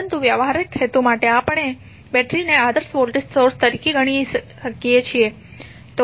પરંતુ વ્યવહારિક હેતુ માટે આપણે બેટરીને આદર્શ વોલ્ટેજ સોર્સ તરીકે ગણી શકીએ છીએ